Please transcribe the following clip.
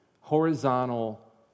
horizontal